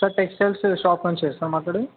sir textiles shop నుంచే sir మాట్లాడేది